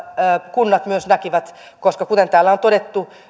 kunnat myös näkivät koska kuten täällä on on todettu